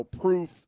proof